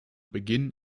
beginn